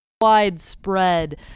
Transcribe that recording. widespread